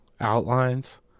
outlines